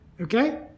okay